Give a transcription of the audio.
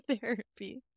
therapy